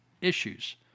issues